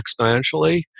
exponentially